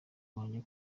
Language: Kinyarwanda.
wanjye